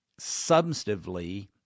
substantively